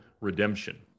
redemption